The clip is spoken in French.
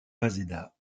waseda